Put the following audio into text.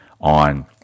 on